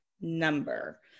number